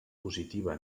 positiva